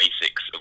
basics